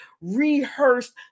rehearsed